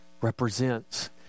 represents